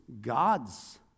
God's